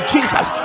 Jesus